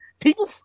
people